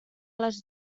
les